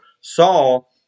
Saul